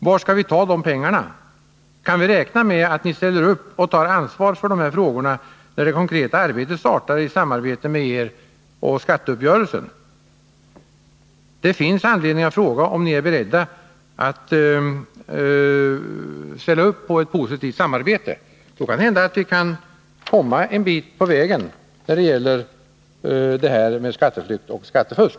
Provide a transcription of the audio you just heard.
Var skall vi ta pengarna ifrån? Kan vi räkna med att ni ställer upp och tar ansvar för dessa frågor när det konkreta samarbetet med er om skatteuppgörelsen startar? Det finns anledning att fråga om ni är beredda att ställa upp på ett positivt samarbete. I så fall kan det hända att vi kan komma en bit på vägen när det gäller åtgärder mot skatteflykt och skattefusk.